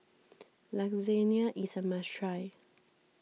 Lasagna is a must try